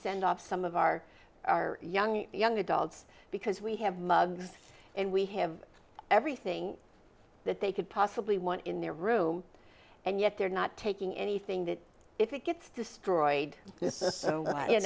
send off some of our our young young adults because we have mugs and we have everything that they could possibly want in their room and yet they're not taking anything that if it gets destroyed